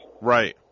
Right